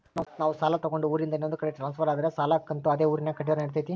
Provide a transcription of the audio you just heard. ನಾವು ಸಾಲ ತಗೊಂಡು ಊರಿಂದ ಇನ್ನೊಂದು ಕಡೆ ಟ್ರಾನ್ಸ್ಫರ್ ಆದರೆ ಸಾಲ ಕಂತು ಅದೇ ಊರಿನಾಗ ಕಟ್ಟಿದ್ರ ನಡಿತೈತಿ?